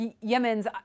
Yemen's